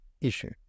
issue